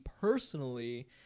personally